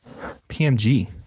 PMG